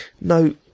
no